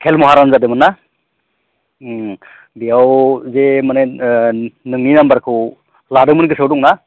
खेल महारन जादोंमोन ना बेयाव जे माने नोंनि नाम्बारखौ लादोंमोन गोसोआव दंना